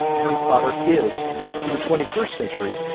harry potter is to the twenty first century.